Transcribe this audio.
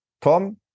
Tom